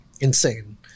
Insane